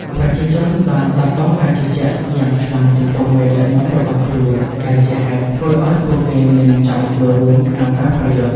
ប្រជាជនបានបាត់បង់ការជឿជាក់យ៉ាងខ្លាំងចំពោះមេដឹកនាំរបស់ខ្លួន ដែលជាហេតុធ្វើឲ្យពួកគេមិនចង់ចូលរួមក្នុងការប្រយុទ្ធ។